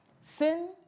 Sin